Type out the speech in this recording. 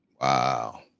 Wow